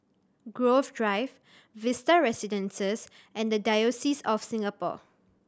Grove Drive Vista Residences and The Diocese of Singapore